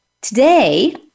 today